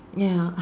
ya